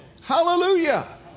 Hallelujah